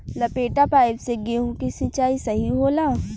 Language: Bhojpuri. लपेटा पाइप से गेहूँ के सिचाई सही होला?